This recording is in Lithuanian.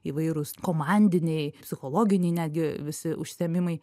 įvairūs komandiniai psichologiniai netgi visi užsiėmimai